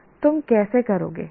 तुम कैसे करोगे